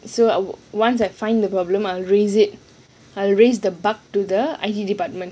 so once I find the problem I will raise it I will raise the bug to the I_T department